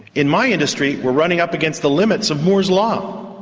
in my industry we're running up against the limits of moore's law,